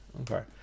Okay